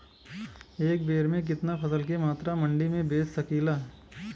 एक बेर में कितना फसल के मात्रा मंडी में बेच सकीला?